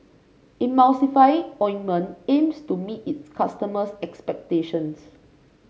Emulsying Ointment aims to meet its customers' expectations